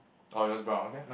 or yours brown okay